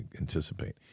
anticipate